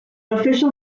official